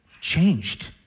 changed